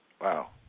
Wow